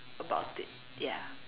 about it ya